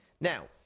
Now